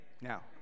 Now